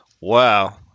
Wow